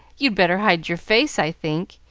you'd better hide your face, i think.